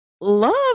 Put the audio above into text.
Love